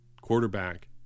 quarterback